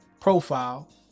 profile